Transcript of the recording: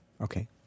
Okay